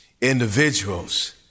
individuals